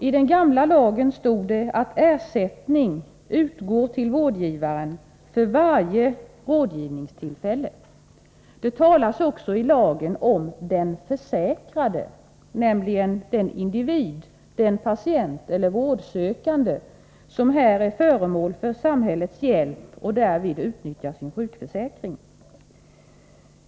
I den gamla lagen stod det att ersättning utgår till vårdgivaren för varje rådgivningstillfälle. Det talas också i lagen om ”den försäkrade”, nämligen den individ, den patient eller vårdsökande, som här är föremål för samhällets hjälp och därvid utnyttjar sin sjukförsäkring.